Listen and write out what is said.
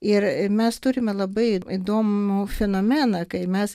ir ir mes turime labai įdomų fenomeną kai mes